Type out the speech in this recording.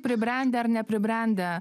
pribrendę ar nepribrendę